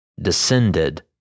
descended